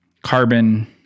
carbon